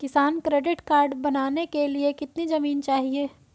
किसान credit card बनाने के लिए कितनी जमीन चाहिए?